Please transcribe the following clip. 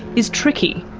is tricky,